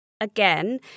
again